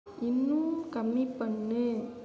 இன்னும் கம்மி பண்ணு